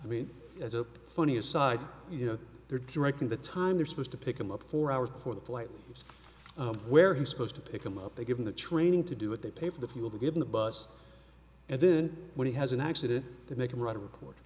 i mean as a funny aside you know they're directing the time they're supposed to pick them up four hours before the flight where he's supposed to pick them up they give him the training to do it they pay for the fuel to give him the bus and then when he has an accident they can write a report